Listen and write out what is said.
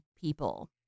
people